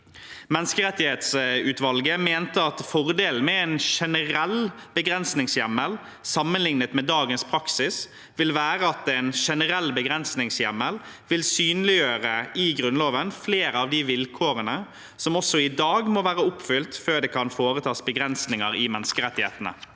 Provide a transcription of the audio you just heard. Menneskerettighetsutvalget mente at fordelen med en generell begrensningshjemmel sammenlignet med dagens praksis vil være at en generell begrensningshjemmel vil synliggjøre i Grunnloven flere av de vilkårene som også i dag må være oppfylt før det kan foretas begrensninger i menneskerettighetene.